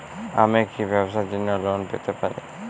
আমি কি ব্যবসার জন্য লোন পেতে পারি?